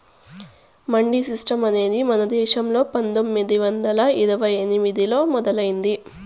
mandi system అనేది మన దేశంలో పందొమ్మిది వందల ఇరవై ఎనిమిదిలో మొదలయ్యింది